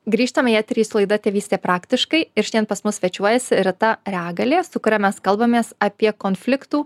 grįžtam į eterį su laida tėvystė praktiškai ir šiandien pas mus svečiuojasi rita reagalė su kuria mes kalbamės apie konfliktų